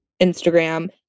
Instagram